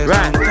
Right